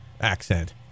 accent